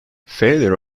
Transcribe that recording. failure